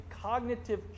cognitive